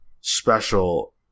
special